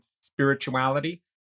spirituality